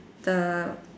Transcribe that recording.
the